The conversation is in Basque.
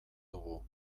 dugu